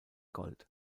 gold